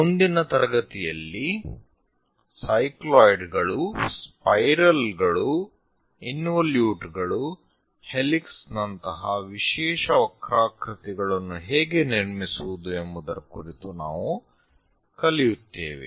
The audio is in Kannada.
ಮುಂದಿನ ತರಗತಿಯಲ್ಲಿ ಸೈಕ್ಲಾಯ್ಡ್ಗಳು ಸ್ಪೈರಲ್ ಗಳು ಇನ್ವೊಲ್ಯೂಟ್ ಗಳು ಹೆಲಿಕ್ಸ್ ನಂತಹ ವಿಶೇಷ ವಕ್ರಾಕೃತಿಗಳನ್ನು ಹೇಗೆ ನಿರ್ಮಿಸುವುದು ಎಂಬುವುದರ ಕುರಿತು ನಾವು ಕಲಿಯುತ್ತೇವೆ